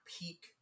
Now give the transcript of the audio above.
peak